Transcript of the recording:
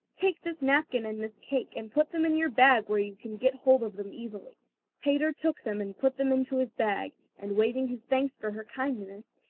take this napkin and this cake, and put them in your bag where you can get hold of them easily peter took them and put them into his bag, and waving his thanks for her kindness,